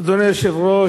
אדוני היושב-ראש,